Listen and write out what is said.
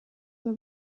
were